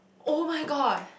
[oh]-my-god